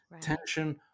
tension